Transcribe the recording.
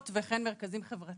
ואחת מנציגות הביטוח הלאומי